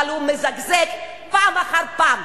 אבל הוא מזגזג פעם אחר פעם.